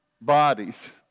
bodies